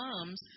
comes